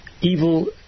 Evil